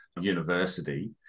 university